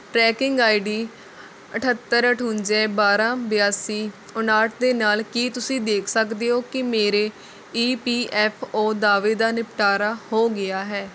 trekking I D ਅਠੱਤਰ ਅਠਵੰਜਾ ਬਾਰ੍ਹਾਂ ਬਿਆਸੀ ਉਨਾਹਠ ਦੇ ਨਾਲ ਕੀ ਤੁਸੀਂ ਦੇਖ ਸਕਦੇ ਹੋ ਕਿ ਮੇਰੇ ਈ ਪੀ ਐੱਫ ਓ ਦਾਅਵੇ ਦਾ ਨਿਪਟਾਰਾ ਹੋ ਗਿਆ ਹੈ